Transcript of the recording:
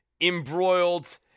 embroiled